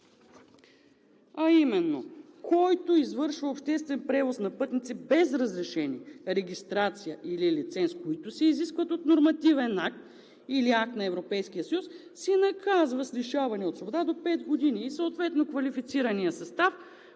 а именно: „Който извършва обществен превоз на пътници без разрешение, регистрация или лице, които се изискват от нормативен акт или акт на Европейския съюз, се наказва с лишаване от свобода до пет години съответно квалифицирания състав,